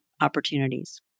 opportunities